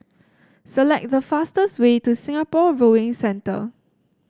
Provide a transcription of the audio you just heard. select the fastest way to Singapore Rowing Centre